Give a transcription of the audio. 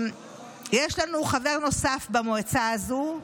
יש לנו חבר נוסף במועצה הזו,